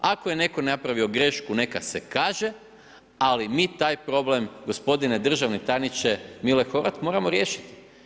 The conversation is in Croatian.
Ako je netko napravio grešku neka se kaže, ali mi taj problem gospodine državni tajniče Mile Horvat, moramo riješiti.